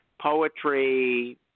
poetry